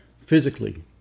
physically